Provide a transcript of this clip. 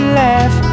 laugh